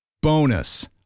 Bonus